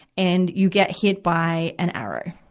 and you get hit by an arrow.